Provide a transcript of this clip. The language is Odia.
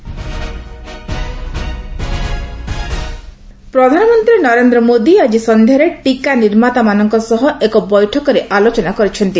ପିଏମ୍ ଭାକ୍ଟିନେସନ ପ୍ରଧାନମନ୍ତ୍ରୀ ନରେନ୍ଦ୍ର ମୋଦି ଆଜି ସଂଧ୍ୟାରେ ଟିକା ନିର୍ମାତାମାନଙ୍କ ସହ ଏକ ବୈଠକରେ ଆଲୋଚନା କରିଛନ୍ତି